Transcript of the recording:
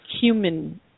human